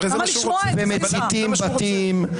טלי, הרי הוא רוצה שתתייחסי אליו.